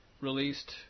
released